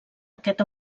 aquest